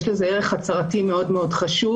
יש לזה ערך הצהרתי מאוד חשוב,